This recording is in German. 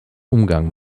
umgang